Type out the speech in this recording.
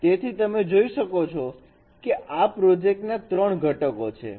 તેથી તમે જોઈ શકો છો કે આ પ્રોજેક્ટના 3 ઘટકો છે